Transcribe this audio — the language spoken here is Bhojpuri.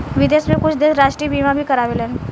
विदेश में कुछ देश राष्ट्रीय बीमा भी कारावेलन